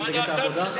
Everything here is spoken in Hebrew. במפלגת העבודה.